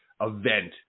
event